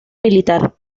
militar